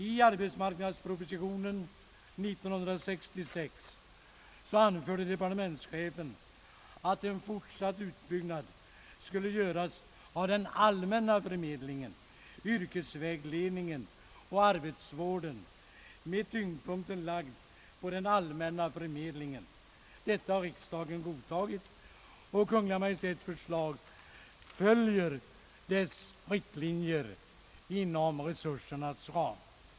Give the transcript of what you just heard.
I arbetsmarknadspropositionen 1966 anförde departementschefen att en fortsatt utbyggnad skulle göras av den allmänna förmedlingen, yrkesvägledningen och arbetsvården, med tyngdpunkten lagd på den allmänna förmedlingen. Detta har riksdagen godtagit, och Kungl. Maj:ts förslag följer dessa riktlinjer inom resursernas ram.